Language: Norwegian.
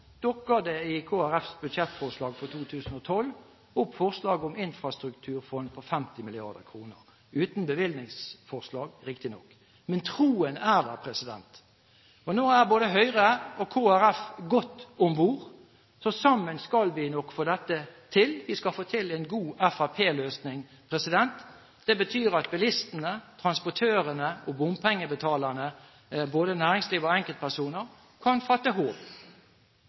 det i Kristelig Folkepartis budsjettforslag for 2012 opp forslag om infrastrukturfond på 50 mrd. kr – uten bevilgningsforslag, riktignok. Men troen er der. Nå er både Høyre og Kristelig Folkeparti godt om bord, så sammen skal vi nok få dette til. Vi skal få til en god fremskrittspartiløsning. Det betyr at bilistene, transportørene og bompengebetalerne, både næringsliv og enkeltpersoner, kan fatte